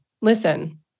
listen